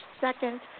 second